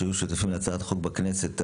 שהיו שותפים להצעת החוק בכנסת הקודמת,